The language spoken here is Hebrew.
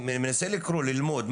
אני מנסה לקרוא וללמוד,